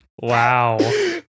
Wow